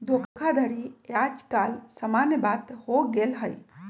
धोखाधड़ी याज काल समान्य बात हो गेल हइ